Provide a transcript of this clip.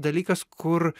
dalykas kur